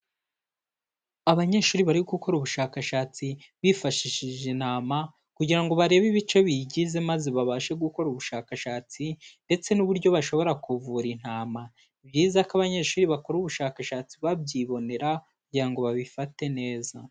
Abanyeshuri bari gukora ubushakashatsi bifashishije intama, kugira ngo barebe ibice biyigize maze babashe gukora ubushakashatsi ndetse n'uburyo bashobora kuvura intama. Ni byiza ko abanyeshuri bakora ubushakashatsi babyibonera kugira ngo babifate neza.